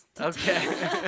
Okay